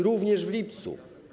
Również w lipcu.